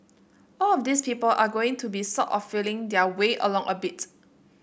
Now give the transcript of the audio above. all of these people are going to be sort of feeling their way along a bit